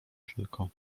tylko